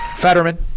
Fetterman